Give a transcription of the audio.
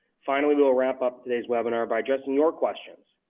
finally, we will wrap up today's webinar by addressing your questions.